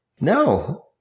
no